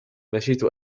مشيت